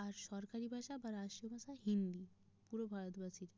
আর সরকারি ভাষা বা রাষ্ট্রীয় ভাষা হিন্দি পুরো ভারতবাসীর